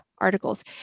articles